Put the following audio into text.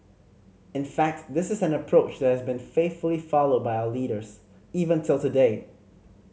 in fact this is an approach that has been faithfully followed by our leaders even till today